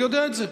אני יודע את זה.